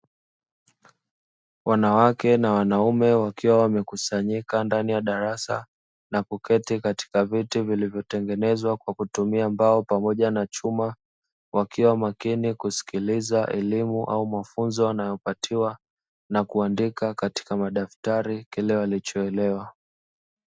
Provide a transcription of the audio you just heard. Wanawake na wanaume wakiwa wamekusanyika ndani ya darasa na kuketi katika viti vilivyotengenezwa kwa kutumia mbao pamoja na chuma wakiwa makini kusikiliza elimu au mafunzo wanayopatiwa na kuandika katika madaftari kile walichoelewa.